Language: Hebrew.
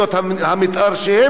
שהן כבר אצלו,